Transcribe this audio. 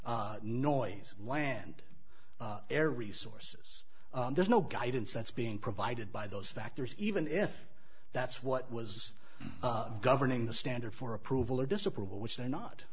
s noise land air resources there's no guidance that's being provided by those factors even if that's what was governing the standard for approval or disapproval which they're not